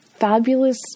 fabulous